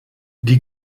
die